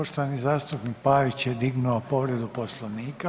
Poštovani zastupnik Pavić je dignuo povredu Poslovnika.